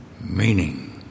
meaning